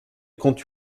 comptes